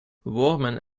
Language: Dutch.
wormen